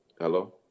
Hello